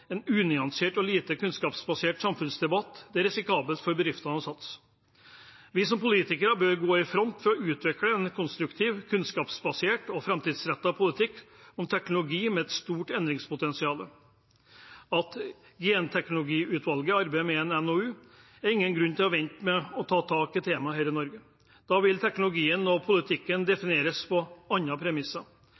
en unyansert og lite kunnskapsbasert samfunnsdebatt det risikabelt for bedriftene å satse. Vi som politikere bør gå i front for å utvikle en konstruktiv, kunnskapsbasert og framtidsrettet politikk om teknologi med et stort endringspotensial. At genteknologiutvalget arbeider med en NOU, er ingen grunn til å vente med å ta tak i temaet her i Norge. Da vil teknologien og politikken defineres på andre premisser.